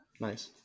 Nice